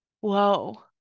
whoa